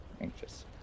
anxious